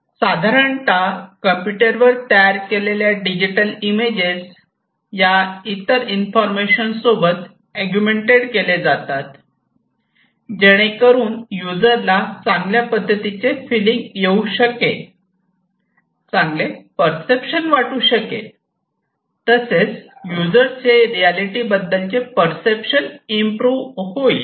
साधारणतः कम्प्युटरवर तयार केलेल्या डिजिटल इमेजेस या इतर इन्फॉर्मेशन सोबत अगुमेन्टेड केले जातात जेणेकरून युजरला चांगल्या पद्धतीचे फ़िलिंग येऊ शकेल चांगले पर्सेप्शन वाटू शकेल तसेच युजरचे रियालिटी बद्दलचे पर्सेप्शन इम्प्रू होईल